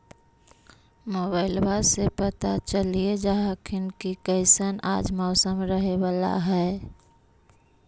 मोबाईलबा से पता चलिये जा हखिन की कैसन आज मौसम रहे बाला है?